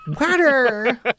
Water